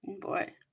Boy